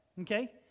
okay